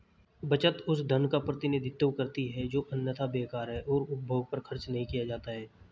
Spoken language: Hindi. बचत उस धन का प्रतिनिधित्व करती है जो अन्यथा बेकार है और उपभोग पर खर्च नहीं किया जाता है